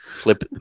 Flip